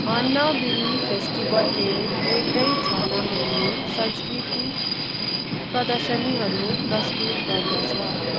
hornbill फेस्टिबलले एउटै छानामुनि संस्कृतिक प्रदर्शनीहरू प्रस्तुत गर्दछ